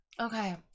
Okay